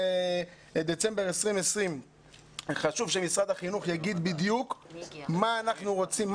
בדצמבר 2020 חשוב שמשרד החינוך יאמר בדיוק מה אנחנו רוצים,